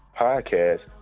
podcast